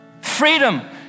Freedom